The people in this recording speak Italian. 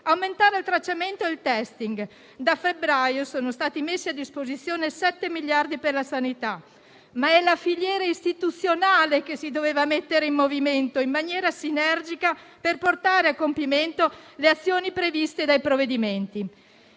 aumentare il tracciamento e il *testing.* Da febbraio sono stati messi a disposizione 7 miliardi di euro per la sanità, ma è la filiera istituzionale che si doveva mettere in movimento in maniera sinergica per portare a compimento le azioni previste dai provvedimenti.